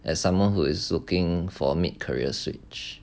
as someone who is looking for mid career switch